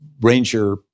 ranger